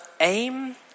aim